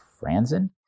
Franzen